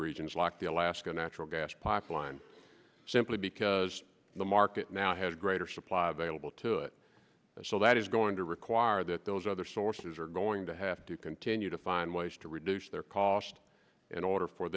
regions like the alaska natural gas pipeline simply because the market now has a greater supply vailable to it and so that is going to require that those other sources are going to have to continue to find ways to reduce their cost in order for